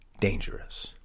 dangerous